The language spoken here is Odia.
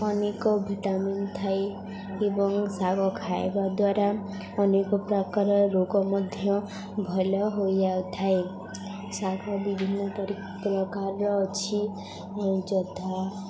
ଅନେକ ଭିଟାମିନ୍ ଥାଇ ଏବଂ ଶାଗ ଖାଇବା ଦ୍ୱାରା ଅନେକ ପ୍ରକାର ରୋଗ ମଧ୍ୟ ଭଲ ହୋଇଯାଉଥାଏ ଶାଗ ବିଭିନ୍ନ ପରି ପ୍ରକାର ଅଛି ଯଥା